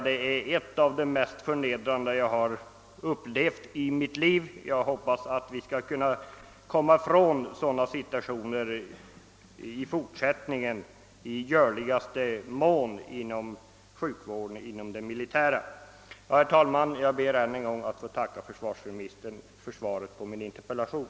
Det är något av de mest förnedrande jag upplevt i mitt liv, och jag hoppas att vi skall komma ifrån sådana situationer i fortsättningen i görligaste mån inom den militära sjukvården. Jag ber än en gång att få tacka försvarsministern för svaret på min interpellation.